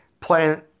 Playing